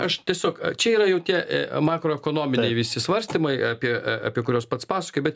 aš tiesiog čia yra jau tie makroekonominiai visi svarstymai apie apie kuriuos pats pasakoju bet